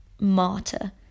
Martyr